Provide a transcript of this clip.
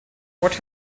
what